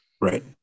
Right